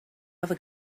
other